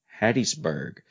Hattiesburg